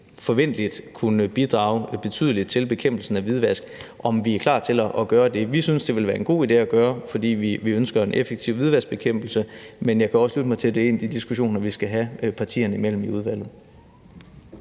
forventeligt også kunne bidrage betydeligt til bekæmpelsen af hvidvask, om vi er klar til at gøre det. Vi synes, det ville være en god idé at gøre det, fordi vi ønsker en effektiv hvidvaskbekæmpelse, men jeg kan også lytte mig til, at det er en af de diskussioner, vi skal have partierne imellem i udvalget.